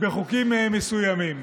בחוקים מסוימים.